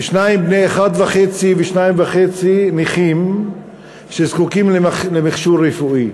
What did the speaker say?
ושניים בני שנה וחצי ושנתיים וחצי נכים שזקוקים למכשור רפואי.